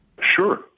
Sure